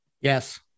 Yes